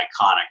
Iconic